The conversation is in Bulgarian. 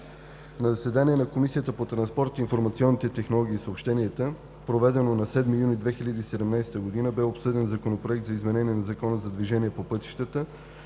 На заседание на Комисията по транспорт, информационни технологии и съобщения, проведено на 7 юни 2017 г., бе обсъден Законопроект за изменение на Закона за движението по пътищата,